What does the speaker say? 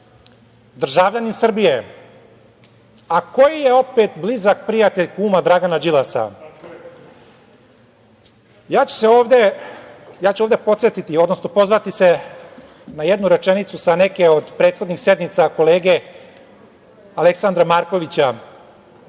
državljanin Srbije, a koji je opet blizak prijatelj kuma Dragana Đilasa. Podsetiću, odnosno pozvaću se na jednu rečenicu sa neke od prethodnih sednica, kolege Aleksandra Markovića,